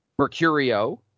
Mercurio